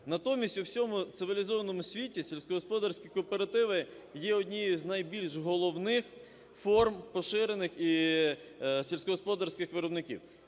Натомість у всьому цивілізованому світі сільськогосподарські кооперативи є однією з найбільш головних форм поширених… сільськогосподарських виробників.